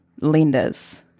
lenders